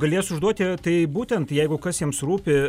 galės užduoti tai būtent jeigu kas jiems rūpi